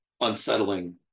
unsettling